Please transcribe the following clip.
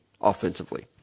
offensively